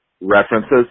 references